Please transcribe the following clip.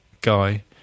guy